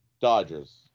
Dodgers